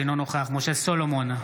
אינו נוכח משה סולומון,